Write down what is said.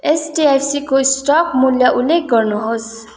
एचडिएफसीको stock मूल्य उल्लेख गर्नुहोस्